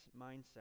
mindset